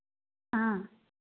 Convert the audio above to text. ആ